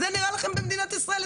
זה נראה לכם במדינת ישראל,